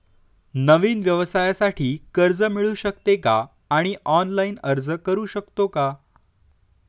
नवीन व्यवसायासाठी कर्ज मिळू शकते का आणि ऑनलाइन अर्ज करू शकतो का?